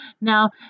Now